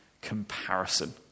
comparison